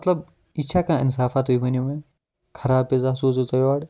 مَطلَب یہِ چھےٚ کانٛہہ اِنصافا تُہۍ ؤنِو مےٚ خَراب پِزا سوٗزو تۄہہِ اورٕ